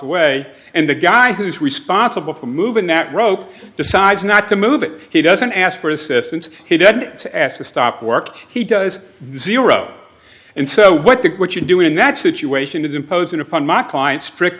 away and the guy who's responsible for moving that rope decides not to move it he doesn't ask for assistance he didn't ask to stop work he does the zero and so what that what you do in that situation is imposing upon my client's strict